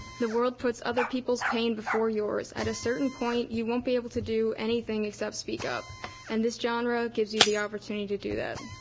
the world puts other people's pain before yours. at a certain point you won't be able to do anything except speak up and this genre gives you the opportunity to do that.